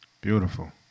Beautiful